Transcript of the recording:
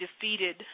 defeated